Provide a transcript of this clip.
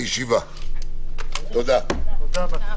הישיבה ננעלה בשעה